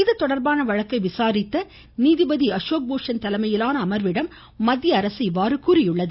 இதுதொடர்பான வழக்கை விசாரித்த நீதிபதி அசோக் பூஷன் தலைமையிலான அமர்விடம் மத்திய அரசு இவ்வாறு கூறியுள்ளது